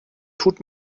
tut